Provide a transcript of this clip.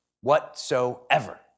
whatsoever